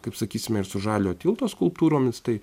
kaip sakysime ir su žaliojo tilto skulptūromis tai